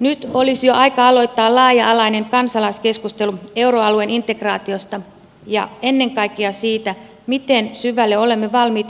nyt olisi jo aika aloittaa laaja alainen kansalaiskeskustelu euroalueen integraatiosta ja ennen kaikkea siitä miten syvälle olemme valmiit